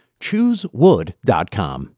Choosewood.com